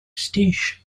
station